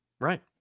Right